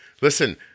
Listen